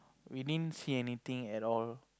we didn't see anything at all